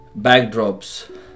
backdrops